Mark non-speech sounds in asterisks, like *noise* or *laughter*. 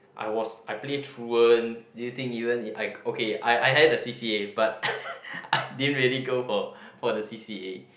I was I play truant do you think even if I okay I I had a C_c_A but *laughs* I didn't really go for for the C C A